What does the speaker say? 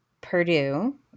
purdue